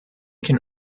can